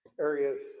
areas